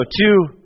two